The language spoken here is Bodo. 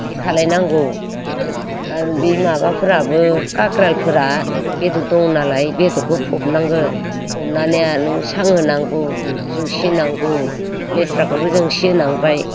बिदि खालामनांगौ आरो बे माबाफ्राबो खाख्रालफोरा बेदर दङ नालाय बेदरखौ फबनांगोन फबनानै आरो नोङो सां होनांगौ जोंसि होनांगौ लेस्राखौबो जोंसि होनांबाय